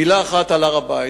מלה אחת על הר-הבית.